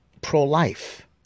pro-life